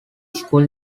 school